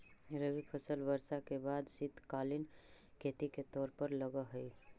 रबी फसल वर्षा के बाद शीतकालीन खेती के तौर पर लगऽ हइ